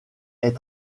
est